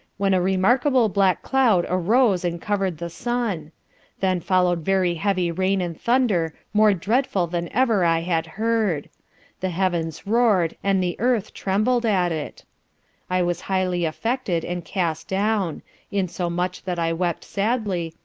when a remarkable black cloud arose and covered the sun then followed very heavy rain and thunder more dreadful than ever i had heard the heav'ns roared, and the earth trembled at it i was highly affected and cast down in so much that i wept sadly,